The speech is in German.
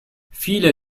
viele